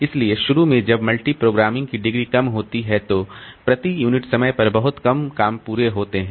इसलिए शुरू में जब मल्टीप्रोग्रामिंग की डिग्री कम होती है तो प्रति यूनिट समय पर बहुत कम काम पूरे होते हैं